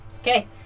Okay